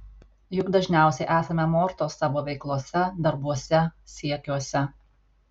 juk dažniausiai esame mortos savo veiklose darbuose siekiuose